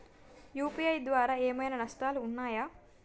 UPI ద్వారా ఏమైనా నష్టాలు ఉన్నయా?